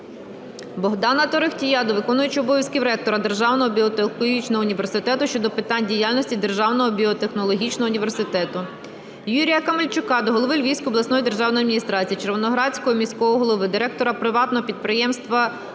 Богдана Торохтія до виконуючого обов'язки ректора Державного біотехнологічного університету щодо питань діяльності Державного біотехнологічного університету. Юрія Камельчука до голови Львівської обласної державної адміністрації, Червоноградського міського голови, директора Приватного підприємства "Рома"